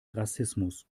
rassismus